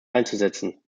einzusetzen